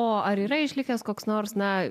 o ar yra išlikęs koks nors na